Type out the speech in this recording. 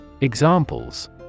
Examples